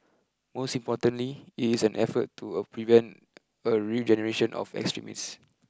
most importantly it is an effort to prevent a regeneration of extremists